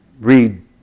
read